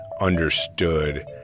understood